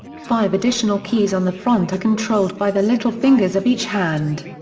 five additional keys on the front are controlled by the little fingers of each hand.